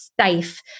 safe